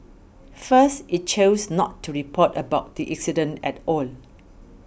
first it chose not to report about the incident at all